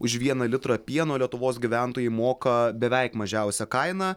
už vieną litrą pieno lietuvos gyventojai moka beveik mažiausią kainą